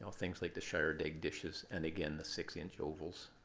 things like the shirred egg dishes and again, the six inch ovals.